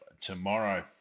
tomorrow